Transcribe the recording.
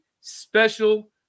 special